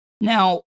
now